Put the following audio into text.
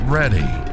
ready